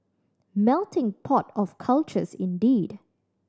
melting pot of cultures indeed